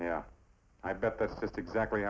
yeah i bet that's just exactly